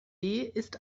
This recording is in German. ist